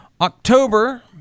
october